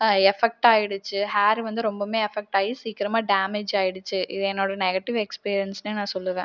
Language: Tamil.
எஃபெக்ட்டாயிடுச்சு ஹேர் வந்து ரொம்பவுமே அஃபெக்ட்டாகி சீக்கிரமாக டேமேஜ் ஆயிடுச்சு இது என்னோடய நெகட்டிவ் எக்ஸ்பீரியன்ஸ்னே நான் சொல்லுவேன்